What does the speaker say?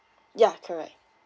yeah correct